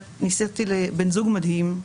נישאתי לבן זוג מדהים,